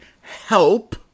help